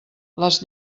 les